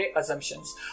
assumptions